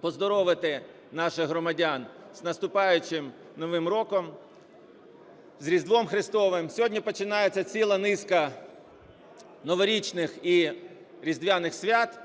поздоровити наших громадян з наступаючим Новим роком, з Різдвом Христовим. Сьогодні починається ціла низка новорічних і різдвяних свят,